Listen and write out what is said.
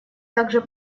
также